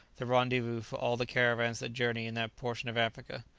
the rendezvous for all the caravans that journey in that portion of africa.